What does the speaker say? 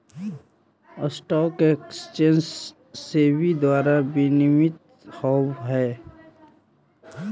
stock exchange SEBI के द्वारा विनियमित होवऽ हइ